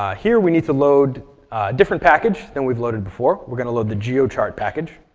ah here we need to load a different package than we've loaded before. we're going to load the geochart package.